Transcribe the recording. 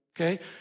Okay